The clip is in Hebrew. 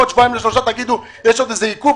ועוד שבועיים לשלושה תגידו: יש עוד איזה עיכוב,